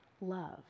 love